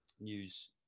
news